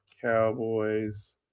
Cowboys